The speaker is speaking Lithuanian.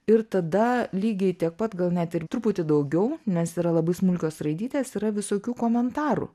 ir tada lygiai tiek pat gal net truputį daugiau nes yra labai smulkios raidytės yra visokių komentarų